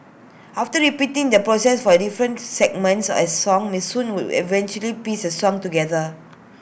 after repeating this process for the different segments of A song miss soon would eventually piece the song together